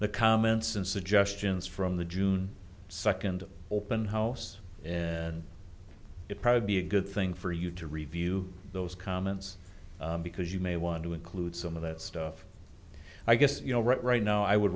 suggestions from the june second open house and it probably be a good thing for you to review those comments because you may want to include some of that stuff i guess you know right right now i would